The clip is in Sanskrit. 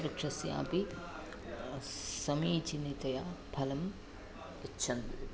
वृक्षस्यापि समीचीनतया फलं यच्छन्ति